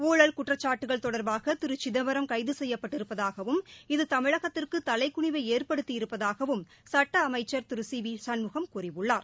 ஊழல் குற்றச்சாட்டுக்கள் தொடர்பாக திரு சிதம்பரம் கைது செய்யப்பட்டிருப்பதாகவும் இது தமிழகத்திற்கு தலைக்குளிவை ஏற்படுத்தியிருப்பதாகவும் சுட்ட அமைச்சர் திரு சி வி சண்முகம் கூறியுள்ளார்